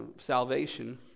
salvation